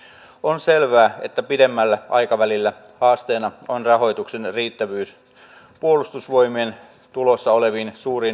pääministeri sipilä on kuitenkin tuonut esille että hallitus päättää ensin ja arvioi vaikutukset vasta sen jälkeen